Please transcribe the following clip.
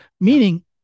meaning